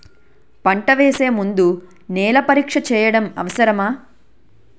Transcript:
పంట వేసే ముందు నేల పరీక్ష చేయటం అవసరమా?